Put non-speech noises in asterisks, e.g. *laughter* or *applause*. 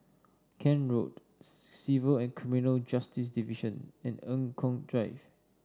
Kent Road *unintelligible* Civil and Criminal Justice Division and Eng Kong Drive